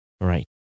right